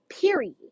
Period